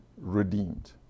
redeemed